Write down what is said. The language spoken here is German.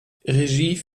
regie